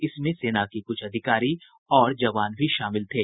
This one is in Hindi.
इसमें सेना के क्छ अधिकारी और जवान भी शामिल थे